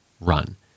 run